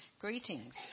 Greetings